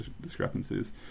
discrepancies